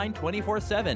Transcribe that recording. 24-7